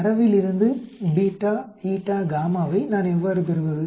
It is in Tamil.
தரவிலிருந்து β η γ வை நான் எவ்வாறு பெறுவது